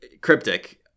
Cryptic